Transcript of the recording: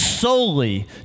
solely